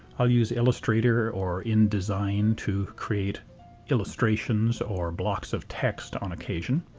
i use illustrator or indesign to create illustrations or blocks of text on occasion